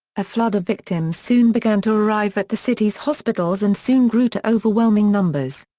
a flood of victims soon began to arrive at the city's hospitals and soon grew to overwhelming numbers.